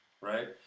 right